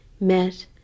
met